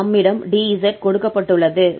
நம்மிடம் 𝑑𝑧 கொடுக்கப்பட்டுள்ளது